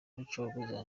rucogoza